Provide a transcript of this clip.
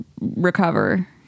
recover